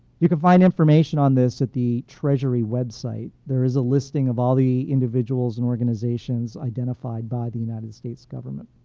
you can find information on this at the treasury website. there is a listing of all the individuals and organizations identified by the united states government.